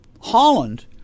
Holland